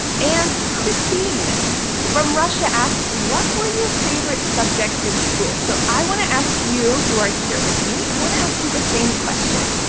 and christine from russia asks, what were your favorite subjects in school? so i want to ask you who are here with me, i want to ask you the same question.